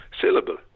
syllable